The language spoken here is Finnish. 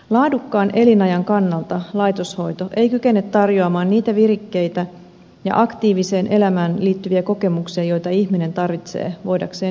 laadukkaan elinajan kannalta laitoshoito ei kykene tarjoamaan niitä virikkeitä ja aktiiviseen elämään liittyviä kokemuksia joita ihminen tarvitsee voidakseen hyvin